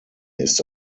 ist